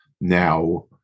Now